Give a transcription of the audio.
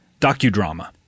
docudrama